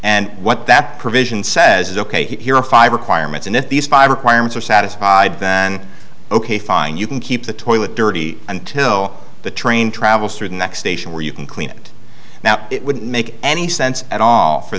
and what that provision says is ok here are five requirements and if these five requirements are satisfied then ok fine you can keep the toilet dirty until the train travels through the next station where you can clean it now it wouldn't make any sense at all for